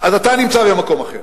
אז אתה נמצא במקום אחר.